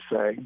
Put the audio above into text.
say